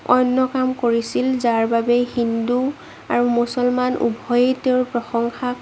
অন্য কাম কৰিছিল যাৰবাবে হিন্দু আৰু মুছলমান উভয়ে তেওঁৰ প্ৰশংসাত